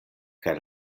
kaj